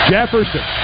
Jefferson